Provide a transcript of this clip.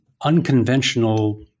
unconventional